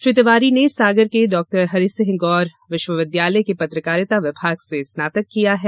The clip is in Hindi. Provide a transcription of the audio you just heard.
श्री तिवारी ने सागर के डॉ हरिसिंह गौर विश्वविद्यालय के पत्रकारिता विभाग से स्नातंक किया है